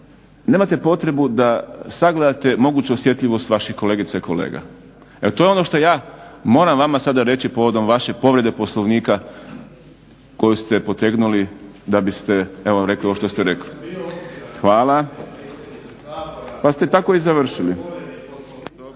nemate potrebu da sagledate moguću osjetljivost vaših kolegica i kolega. Evo to je ono što ja moram vama sada reći povodom vaše povrede Poslovnika koju ste potegnuli da biste rekli evo ovo što ste rekli. Hvala. Pa ste tako i završili.